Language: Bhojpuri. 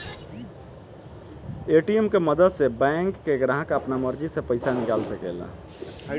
ए.टी.एम के मदद से बैंक के ग्राहक आपना मर्जी से पइसा निकाल सकेला